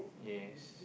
yes